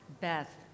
Beth